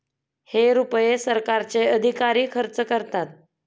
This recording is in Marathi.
हे रुपये सरकारचे अधिकारी खर्च करतात